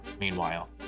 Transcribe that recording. Meanwhile